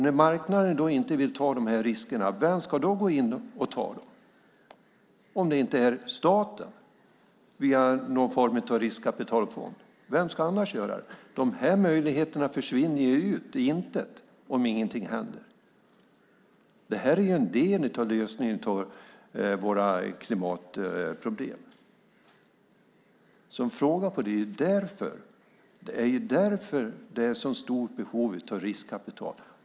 När marknaden inte vill ta de riskerna, vem ska då gå in och ta dem om det inte är staten via någon form av riskkapitalfond? Vem ska annars göra det? De här möjligheterna försvinner ut i intet om ingenting händer. Det här är ju en del av lösningen av våra klimatproblem. Det är därför det är ett så stort behov av riskkapital.